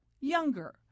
Younger